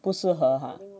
不适合 ha